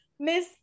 Miss